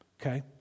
okay